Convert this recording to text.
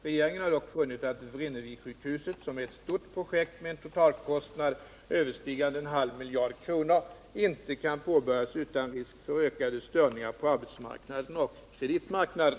Regeringen har dock funnit att Vrinnevisjukhuset, som är ett stort projekt med en totalkostnad överstigande en halv miljard kronor, inte kan påbörjas utan risk för ökade störningar på arbetsmarknaden och kreditmarknaden.